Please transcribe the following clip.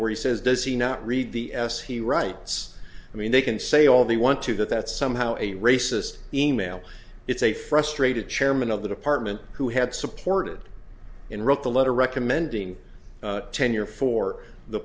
where he says does he not read the s he writes i mean they can say all they want to that that somehow a racist e mail it's a frustrated chairman of the department who had supported in wrote the letter recommending tenure for the